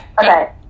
Okay